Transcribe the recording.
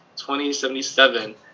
2077